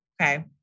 Okay